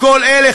כל אלה,